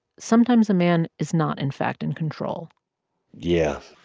sometimes a man is not, in fact, in control yeah